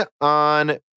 on